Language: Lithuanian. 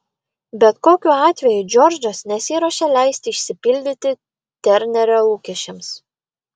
bet kokiu atveju džordžas nesiruošė leisti išsipildyti ternerio lūkesčiams